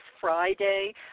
Friday